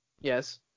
Yes